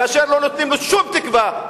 כאשר לא נותנים לו שום תקווה,